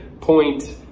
point